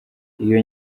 iyo